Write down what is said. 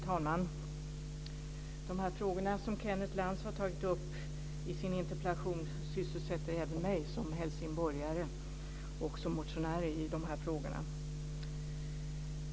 Fru talman! De frågor som Kenneth Lantz tar upp i sin interpellation sysselsätter även mig, både som helsingborgare och som motionär i de här frågorna.